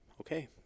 okay